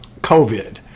COVID